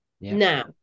now